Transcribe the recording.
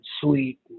sweet